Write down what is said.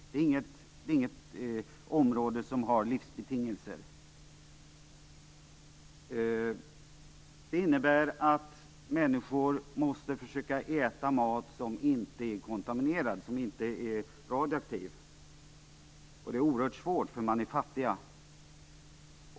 Det är inte något område där det finns livsbetingelser. Människorna måste försöka äta mat som inte är kontaminerad, som inte är radioaktiv. Det är oerhört svårt, eftersom de är fattiga.